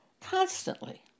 Constantly